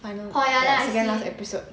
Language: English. the second last episode